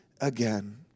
again